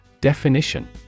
Definition